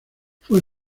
fue